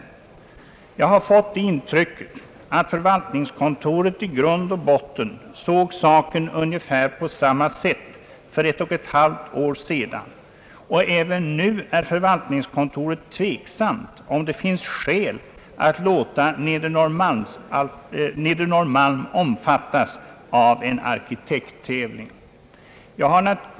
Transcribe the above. Jag har fått det intrycket att förvaltningskontoret i grund och botten såg saken på ungefär samma sätt för ett och ett halvt år sedan, och även nu är förvaltningskontoret tveksamt, om det finns skäl att låta Nedre Norrmalm omfattas av en arkitekttävling.